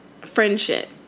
friendship